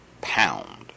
pound